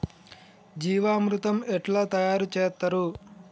జీవామృతం ఎట్లా తయారు చేత్తరు?